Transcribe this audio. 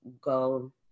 go